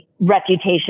reputation